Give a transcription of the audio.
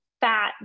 fat